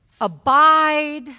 Abide